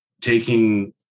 taking